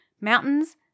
Mountains